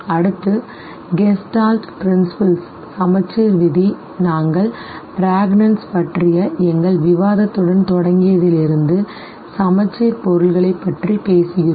அடுத்த Gestalt principle சமச்சீர் விதி நாங்கள் Prägnanz பற்றிய எங்கள் விவாதத்துடன் தொடங்கியதிலிருந்து சமச்சீர் பொருள்களைப் பற்றி பேசுகிறோம்